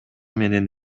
менен